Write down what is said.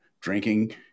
drinking